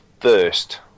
first